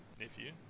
nephew